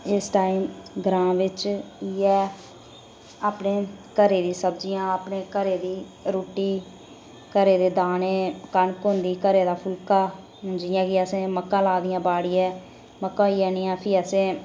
इस टाईम बिच ग्रांऐं इ'यै अपने घरै दी सब्जियां अपने घरै दी रुट्टी घरै दे दाने कनक होंदी घरै दा फुल्का हून जि'यां कि असें मक्कां लाई दियां बाड़ियै मक्कां होई जानियां प्ही असें